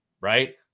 right